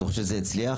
אתה חושב שזה הצליח?